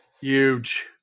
Huge